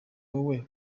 wowe